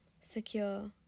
Secure